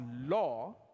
law